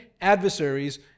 adversaries